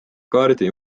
kaardi